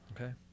okay